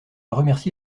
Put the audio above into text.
remercie